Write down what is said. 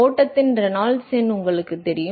ஓட்டத்தின் ரெனால்ட்ஸ் எண் உங்களுக்குத் தெரியும்